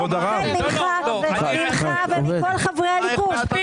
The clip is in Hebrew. ומכל חברי הליכוד.